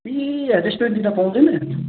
ए रेस्टुरेन्टतिर पाउँदैन